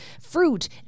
fruit